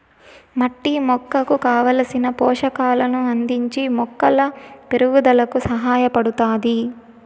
మట్టి మొక్కకు కావలసిన పోషకాలను అందించి మొక్కల పెరుగుదలకు సహాయపడుతాది